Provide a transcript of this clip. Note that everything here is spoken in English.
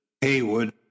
Haywood